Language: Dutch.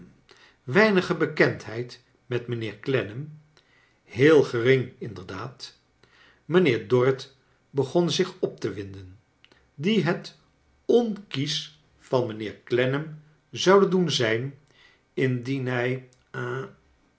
weinige bekendheid met mijnheer clennam heel gering inderdaad mijnheer dorrit begon zich op te winden die het onkiesch van mijnheer clennam zouden doen zijn indien hij